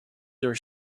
their